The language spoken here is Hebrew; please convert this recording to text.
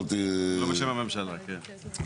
לא בשם הממשלה, כן.